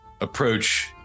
approach